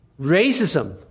Racism